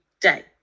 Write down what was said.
day